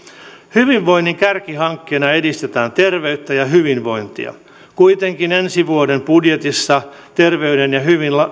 hyvinvoinnin kärkihankkeena edistetään terveyttä ja hyvinvointia kuitenkin ensi vuoden budjetissa terveyden ja